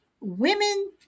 women